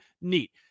Neat